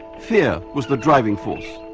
yeah was the driving force,